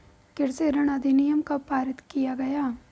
कृषि ऋण अधिनियम कब पारित किया गया?